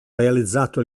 realizzato